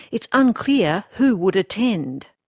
it's unclear who would attend.